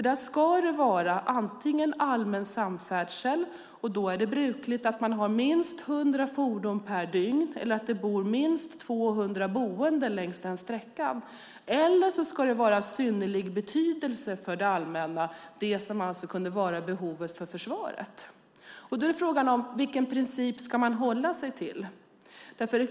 Då ska det vara antingen allmän samfärdsel, och då är det brukligt att man har minst hundra fordon per dygn, eller att det är minst 200 boende längs sträckan. Eller också ska det vara av synnerlig betydelse för det allmänna, det som alltså kunde vara behovet för försvaret. Då är frågan vilken princip man ska hålla sig till.